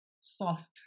soft